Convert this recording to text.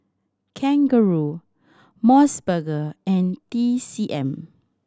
kangaroo Mos Burger and T C M